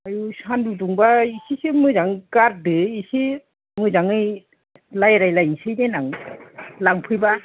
सान्दुं दुंबा एसेसो मोजां गारदो माबा एसे मोजाङै रायलायलाय लायसै देनां लांफैबा